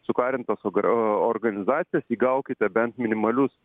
sukarintas ogr o organizacijas įgaukite bent minimalius